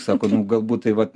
sako nu galbūt tai vat